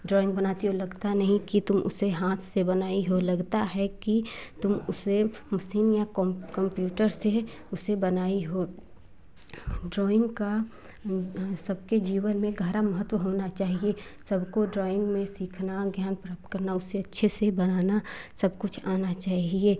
drawing बनाती हो लगता नहीं कि तुम उसे हाँथ से बनाई हो लगता है कि तुम उसे मसीन या कंप्यूटर से उसे बनाई हो ड्रॉइंग का सबके जीवन में गहरा महत्त्व होना चाहिए सबको ड्राॅइंग में सीखना ज्ञान प्राप्त करना उसे अच्छे से बनाना सब कुछ आना चाहिए